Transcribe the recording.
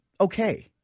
okay